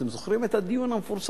אתם זוכרים את הדיון המפורסם?